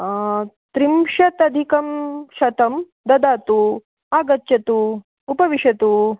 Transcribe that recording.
त्रिंशत् अधिकं शतं ददातु आगच्छतु उपविशतु